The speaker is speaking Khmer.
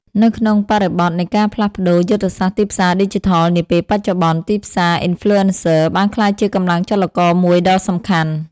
នៅក្នុងបរិបទនៃការផ្លាស់ប្ដូរយុទ្ធសាស្ត្រទីផ្សារឌីជីថលនាពេលបច្ចុប្បន្ន ទីផ្សារ Influencer បានក្លាយជាកម្លាំងចលករមួយដ៏សំខាន់។